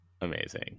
amazing